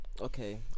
Okay